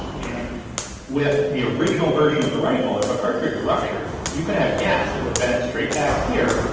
and with the original version of the rifle if a cartridge ruptured, you could have gas that would vent straight back here,